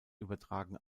übertragen